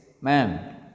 Ma'am